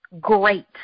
great